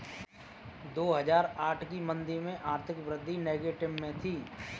दो हजार आठ की मंदी में आर्थिक वृद्धि नेगेटिव में थी